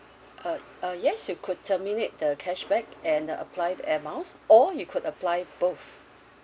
uh uh yes you could terminate the cashback and uh apply the Air Miles or you could apply both